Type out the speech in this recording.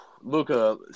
Luca